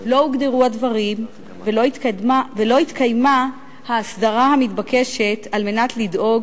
לא הוגדרו הדברים ולא התקיימה ההסדרה המתבקשת על מנת לדאוג